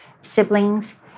siblings